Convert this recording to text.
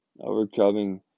overcoming